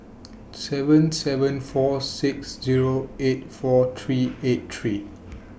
seven seven four six Zero eight four three eight three